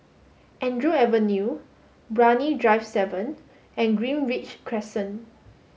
Andrew Avenue Brani Drive seven and Greenridge Crescent